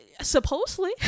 supposedly